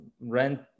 Rent